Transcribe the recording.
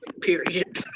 Period